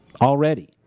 Already